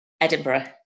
edinburgh